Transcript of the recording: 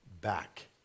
back